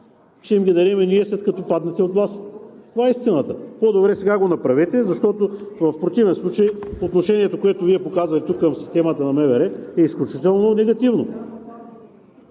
ще им ги дадем ние, след като паднете от власт. Това е истината! По-добре сега го направете, защото в противен случай отношението, което Вие показвате тук към системата на МВР, е изключително негативно.